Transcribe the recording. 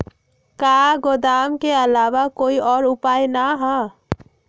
का गोदाम के आलावा कोई और उपाय न ह?